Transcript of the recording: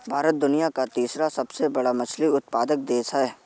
भारत दुनिया का तीसरा सबसे बड़ा मछली उत्पादक देश है